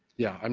yeah. um